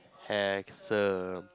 handsome